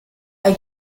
hay